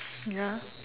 ya